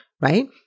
Right